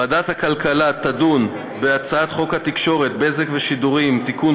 ועדת הכלכלה תדון בהצעת חוק התקשורת (בזק ושידורים) (תיקון,